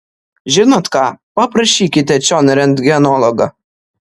žinot ką paprašykite čion rentgenologą